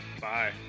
Bye